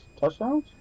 touchdowns